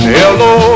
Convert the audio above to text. Hello